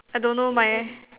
I don't know my